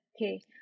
okay